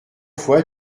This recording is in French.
fois